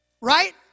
Right